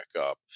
up